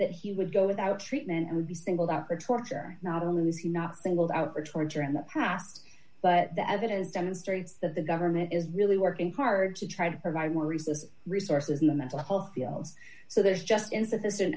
that he would go without treatment and would be singled out for torture not only was he not singled out for torture in the past but the evidence demonstrates that the government is really working hard to try to provide more resources resources in the mental health so there's just insufficient